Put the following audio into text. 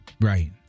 Right